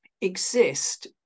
exist